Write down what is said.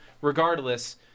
Regardless